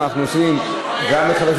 אנחנו מוסיפים גם את חבר הכנסת